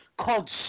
called